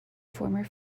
former